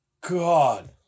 God